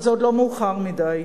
אבל עוד לא מאוחר מדי.